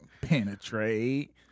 Penetrate